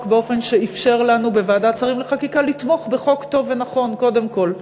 באופן שאפשר לנו בוועדת שרים לחקיקה לתמוך בחוק טוב ונכון קודם כול.